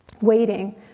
waiting